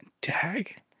dag